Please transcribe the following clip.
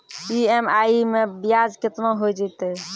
EMI मैं ब्याज केतना हो जयतै?